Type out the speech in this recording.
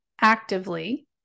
actively